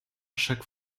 chaque